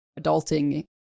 adulting